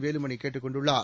வேலுமணி கேட்டுக் கொண்டுள்ளார்